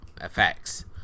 effects